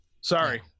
Sorry